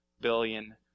billion